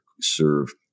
serve